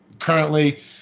Currently